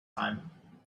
time